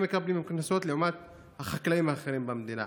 מקבלים קנסות לעומת החקלאים האחרים במדינה.